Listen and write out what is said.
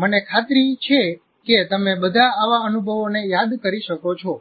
મને ખાતરી છે કે તમે બધા આવા અનુભવોને યાદ કરી શકો છો